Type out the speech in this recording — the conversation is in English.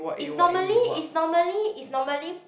is normally is normally is normally